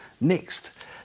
next